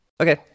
Okay